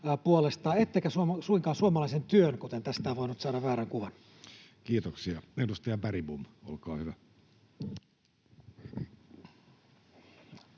ettekä suinkaan suomalaisen työn, kuten tästä on voinut saada väärän kuvan. Kiitoksia. — Edustaja Bergbom, olkaa hyvä.